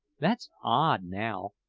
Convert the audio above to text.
that's odd, now,